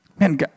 Man